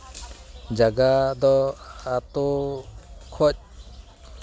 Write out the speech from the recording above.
ᱡᱟᱭᱜᱟ ᱫᱚ ᱟᱹᱛᱩ ᱠᱷᱚᱱ